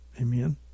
Amen